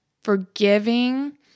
forgiving